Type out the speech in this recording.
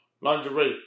lingerie